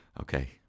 Okay